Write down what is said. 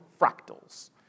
fractals